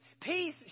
Peace